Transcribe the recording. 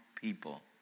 people